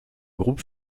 groupe